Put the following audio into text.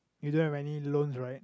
you don't have any loans right